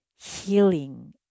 healing